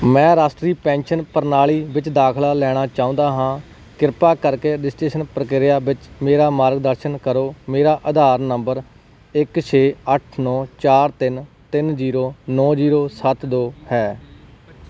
ਮੈਂ ਰਾਸ਼ਟਰੀ ਪੈਨਸ਼ਨ ਪ੍ਰਣਾਲੀ ਵਿੱਚ ਦਾਖਲਾ ਲੈਣਾ ਚਾਹੁੰਦਾ ਹਾਂ ਕਿਰਪਾ ਕਰਕੇ ਰਜਿਸਟ੍ਰੇਸ਼ਨ ਪ੍ਰਕਿਰਿਆ ਵਿੱਚ ਮੇਰਾ ਮਾਰਗਦਰਸ਼ਨ ਕਰੋ ਮੇਰਾ ਆਧਾਰ ਨੰਬਰ ਇੱਕ ਛੇ ਅੱਠ ਨੌਂ ਚਾਰ ਤਿੰਨ ਤਿੰਨ ਜ਼ੀਰੋ ਨੌਂ ਜ਼ੀਰੋ ਸੱਤ ਦੋ ਹੈ